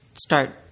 start